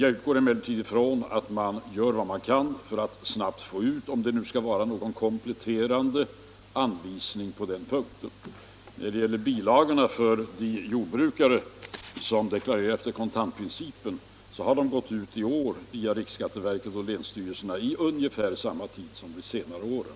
Jag utgår dock ifrån att man gör vad man kan för att snabbt få ut eventuella, kompletterande anvisningar i det fallet. När det gäller bilagorna för de jordbrukare som deklarerar enligt kontantprincipen har anvisningarna i år gått ut via riksräkenskapsverket och länsstyrelserna vid ungefär samma tid som under de senare åren.